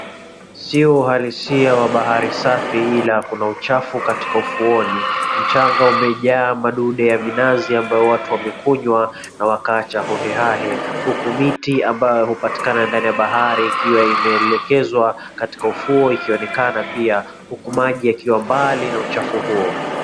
Ziwa halisia la bahari safi ila kuna uchafu katika ufuoni. Mchanga umejaa madude ya minazi ambayo watu wamekunywa na wakaacha hohehahe, huku miti ambayo huonekana ndani ya bahari ikiwa imeelekezwa katika ufuo ikionekana pia, huku maji yakiwa mbali na uchafu huo.